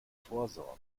vorsorgen